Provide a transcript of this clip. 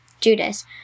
Judas